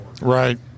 Right